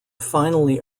finally